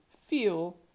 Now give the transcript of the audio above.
feel